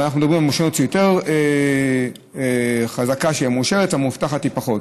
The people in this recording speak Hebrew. אבל אנחנו אומרים ש"מאושרת" היא יותר חזקה וה"מאובטחת" היא פחות.